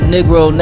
Negro